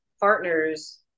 partners